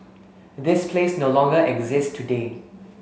this place no longer exists today